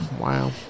Wow